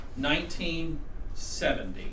1970